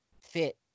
fit